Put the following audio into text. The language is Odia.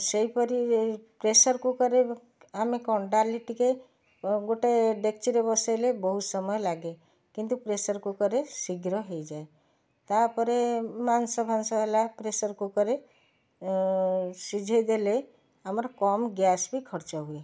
ସେଇପରି ଏଇ ପ୍ରେସର୍ କୁକର୍ରେ ଆମେ କ'ଣ ଡାଲି ଟିକେ ଗୋଟେ ଡେକଚିରେ ବସାଇଲେ ବହୁତ ସମୟ ଲାଗେ କିନ୍ତୁ ପ୍ରେସର୍ କୁକର୍ରେ ଶୀଘ୍ର ହେଇଯାଏ ତା'ପରେ ମାଂସ ଫାସ ହେଲା ପ୍ରେସର୍ କୁକର୍ରେ ସିଝାଇ ଦେଲେ ଆମର କମ୍ ଗ୍ୟାସ୍ ବି ଖର୍ଚ୍ଚ ହୁଏ